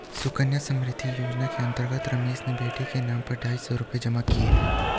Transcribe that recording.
सुकन्या समृद्धि योजना के अंतर्गत रमेश ने बेटी के नाम ढाई सौ रूपए जमा किए